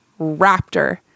raptor